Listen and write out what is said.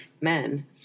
men